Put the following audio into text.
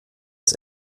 als